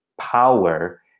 power